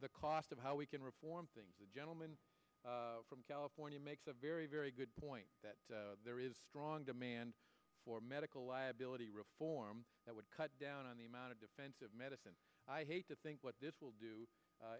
the cost of how we can reform things the gentleman from california makes a very very good point that there is strong demand for medical liability reform that would cut down on the amount of defensive medicine i hate to think what this will do